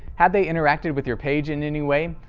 have they interacted with your page in any way,